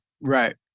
Right